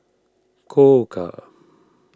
Koka